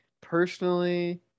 personally –